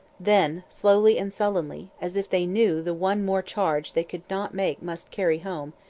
then, slowly and sullenly, as if they knew the one more charge they could not make must carry home,